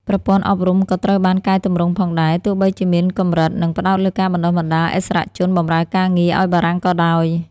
ប្រព័ន្ធអប់រំក៏ត្រូវបានកែទម្រង់ផងដែរ ទោះបីជាមានកម្រិត និងផ្តោតលើការបណ្ដុះបណ្ដាលឥស្សរជនបម្រើការងារឱ្យបារាំងក៏ដោយ។